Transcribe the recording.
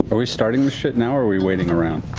are we starting this shit now, or are we waiting around?